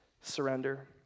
Surrender